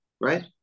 right